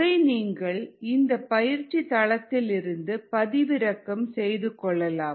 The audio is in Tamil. அதை நீங்கள் இந்த பயிற்சி தளத்திலிருந்து பதிவிறக்கம் செய்து கொள்ளலாம்